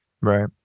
Right